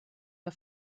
der